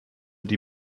die